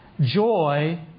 Joy